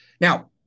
Now